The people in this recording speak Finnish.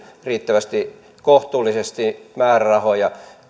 riittävästi kohtuullisesti määrärahoja